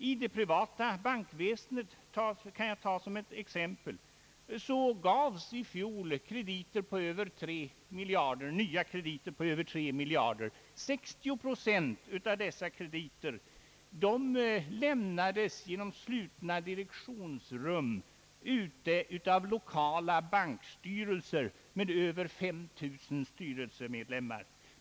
Som ett exempel kan jag nämna att inom det privata bankväsendet gavs i fjol nya krediter på över tre miljarder kronor. 60 procent av dessa krediter beslutades inom slutna direktionsrum ute i lokala bankstyrelser med över 5 000 styrelsemedlemmar.